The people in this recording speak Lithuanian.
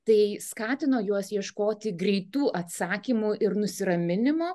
tai skatino juos ieškoti greitų atsakymų ir nusiraminimo